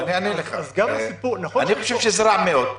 אני חושב שזה רע מאוד.